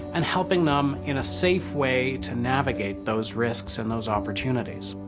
and helping them in a safe way to navigate those risks and those opportunities.